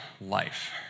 Life